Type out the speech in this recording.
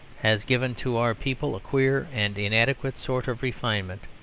has given to our people a queer and inadequate sort of refinement,